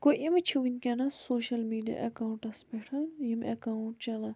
گوٚو یِم چھِ وُنٛکیٚس سوشَل میٖڈیا ایٚکاونٹَس پٮ۪ٹھ یِم ایٚکاونٛٹ چَلان